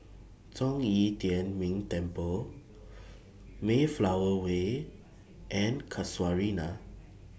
Zhong Yi Tian Ming Temple Mayflower Way and Casuarina